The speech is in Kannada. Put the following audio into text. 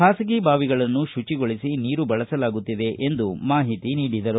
ಖಾಸಗಿ ಬಾವಿಗಳನ್ನು ಶುಚಿಗೊಳಿಸಿ ನೀರು ಬಳಸಲಾಗುತ್ತಿದೆ ಎಂದು ಮಾಹಿತಿ ನೀಡಿದರು